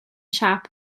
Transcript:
siâp